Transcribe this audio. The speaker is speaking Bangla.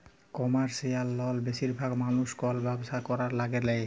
কমারশিয়াল লল বেশিরভাগ মালুস কল ব্যবসা ক্যরার ল্যাগে লেই